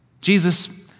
Jesus